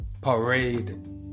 parade